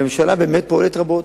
והממשלה באמת פועלת רבות,